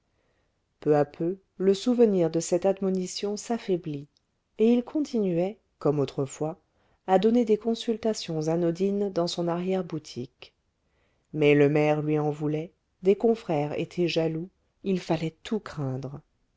peu à peu le souvenir de cette admonition s'affaiblit et il continuait comme autrefois à donner des consultations anodines dans son arrière-boutique mais le maire lui en voulait des confrères étaient jaloux il fallait tout craindre